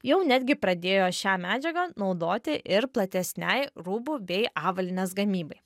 jau netgi pradėjo šią medžiagą naudoti ir platesnei rūbų bei avalynės gamybai